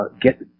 get